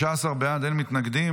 19 בעד, אין מתנגדים.